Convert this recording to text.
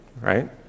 right